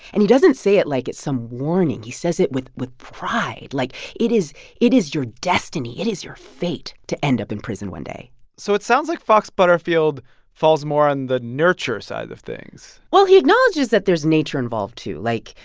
and he doesn't say it like it's some warning. he says it with with pride. like, it is it is your destiny. it is your fate to end up in prison one day so it sounds like fox butterfield falls more on the nurture side of things well, he acknowledges that there's nature involved, too. like,